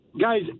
guys